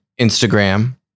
Instagram